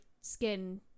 skin